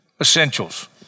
essentials